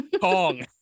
Kong